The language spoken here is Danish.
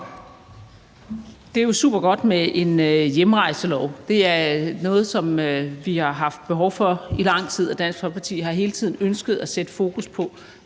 Det er jo super godt med en hjemrejselov. Det er noget, som vi har haft behov for i lang tid, og Dansk Folkeparti har hele tiden ønsket at sætte fokus på